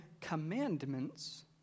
commandments